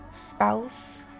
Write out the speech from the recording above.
spouse